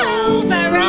over